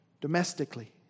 domestically